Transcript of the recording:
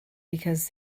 because